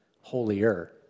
holier